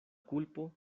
kulpo